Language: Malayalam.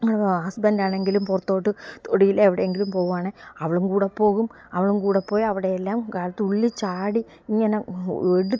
ഹസ്ബൻഡ് ആണെങ്കിലും പുറത്തോട്ട് തൊടിയിലോ എവിടെങ്കിലും പോവുവാണെങ്കില് അവളും കൂടെ പോകും അവളും കൂടെ പോയി അവിടയെല്ലാം തുള്ളി ചാടി ഇങ്ങനെ എടുത്ത്